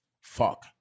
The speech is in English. fuck